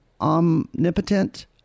omnipotent